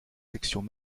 sections